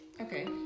okay